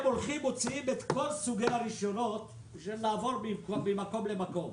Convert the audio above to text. הם הולכים להוציא כל סוגי הרישיונות כדי לעבור ממקום למקום.